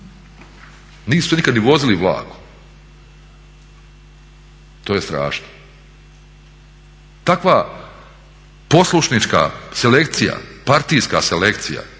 Nisu se nikad ni vozili vlakom, to je strašno. Takva poslušnička selekcija, partijska selekcija